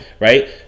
right